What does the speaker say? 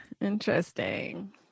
interesting